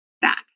back